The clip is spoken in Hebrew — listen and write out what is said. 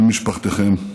על משפחתכם.